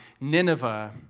Nineveh